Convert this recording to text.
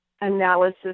analysis